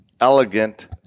elegant